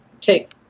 take